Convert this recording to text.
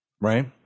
right